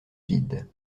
vide